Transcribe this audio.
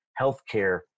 healthcare